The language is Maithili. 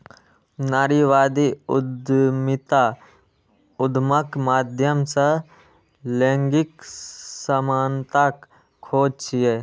नारीवादी उद्यमिता उद्यमक माध्यम सं लैंगिक समानताक खोज छियै